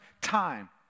time